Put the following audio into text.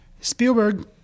Spielberg